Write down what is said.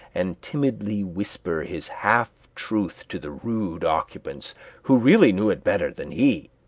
and timidly whisper his half truth to the rude occupants who really knew it better than he.